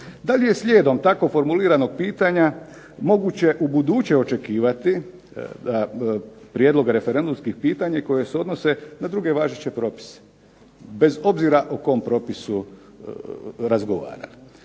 Da li je slijedom tako formuliranog pitanja moguće ubuduće očekivati prijedloge referendumskih pitanja koja se odnose na druge važeće propise, bez obzira o kom propisu razgovarali.